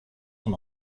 son